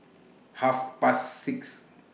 Half Past six